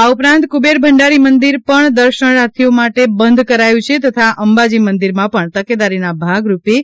આ ઉપરાંત કુબેર ભંડારી મંદિર પણ દર્શનાર્થીઓ માટે બંધ કરાયું છે તથા અંબાજી મંદિરમાં પણ તકેદારીના ભાગરૂપે